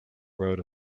road